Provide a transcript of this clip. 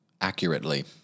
accurately